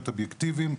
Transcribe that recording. להיות אובייקטיבים,